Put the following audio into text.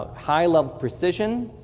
ah high level precision,